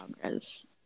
progress